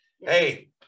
hey